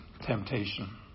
temptation